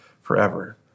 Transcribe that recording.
forever